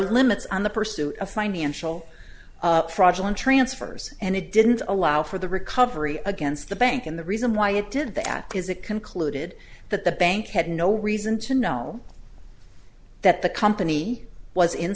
limits on the pursuit of financial fraudulent transfers and it didn't allow for the recovery against the bank in the reason why it did that because it concluded that the bank had no reason to know that the company was in